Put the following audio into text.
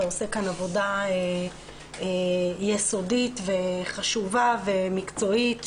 עושה כאן עבודה יסודית וחשובה ומקצועית,